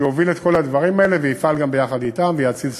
שיוביל את כל הדברים האלה וגם יפעל ביחד אתם ויאציל סמכויות.